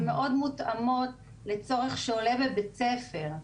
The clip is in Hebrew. אשר מותאמות לצורך שעולה בבית ספר.